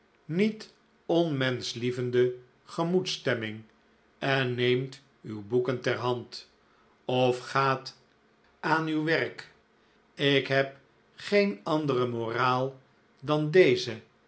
niet onmenschlievende gemoedsstemming en neemt uw boeken ter hand of gaat aan uw werk ik heb geen andere moraal dan deze